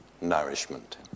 nourishment